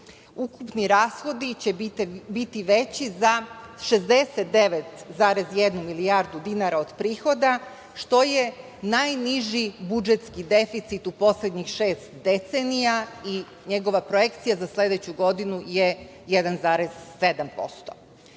Ukupni rashodi će biti veći za 69,1 milijardu dinara od prihoda, što je najniži budžetski deficit u poslednjih šest decenija i njegova projekcija za sledeću godinu je